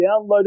downloaded